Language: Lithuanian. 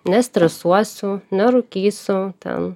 nestresuosiu nerūkysiu ten